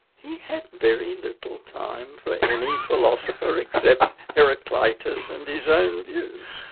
he had very little time for any philosopher except heraclitus and his own views.